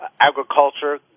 agriculture